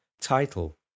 title